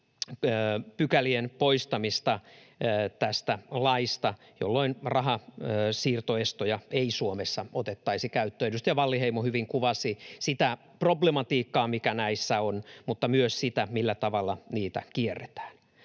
pykälien poistamista tästä laista, jolloin rahansiirtoestoja ei Suomessa otettaisi käyttöön. Edustaja Wallinheimo hyvin kuvasi sitä problematiikkaa, mikä näissä on, mutta myös sitä, millä tavalla niitä kierretään.